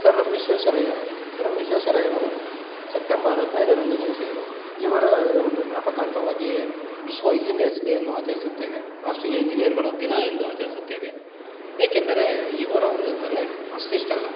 sir M Visvesvaraya sir M ವಿಶ್ವೇಶ್ವರಯ್ಯನವರು September ಹದಿನೈದರಂದು ಜನಿಸಿದರು ಇವರ ಒಂದು ಜ್ಞಾಪಕಾರ್ಥವಾಗಿ ವಿಶ್ವ ಇಂಜಿನಿಯರ್ಸ್ ಡೇ ಅನ್ನು ಆಚರಿಸುತ್ತೇವೆ ರಾಷ್ಟ್ರೀಯ ಇಂಜಿನಿಯರ್ಗಳ ದಿನ ಎಂದು ಆಚರಿಸುತ್ತೇವೆ ಏಕೆಂದರೆ ಇವರ ಒಂದು ತಲೆ ಅಷ್ಟಿಷ್ಟಲ್ಲ